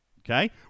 Okay